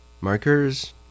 Markers